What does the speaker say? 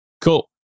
Cool